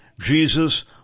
Jesus